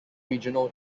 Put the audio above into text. regional